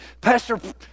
Pastor